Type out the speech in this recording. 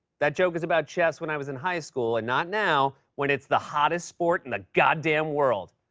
that joke is about chess when i was in high school and not now when it's the hottest sport in the goddamn world!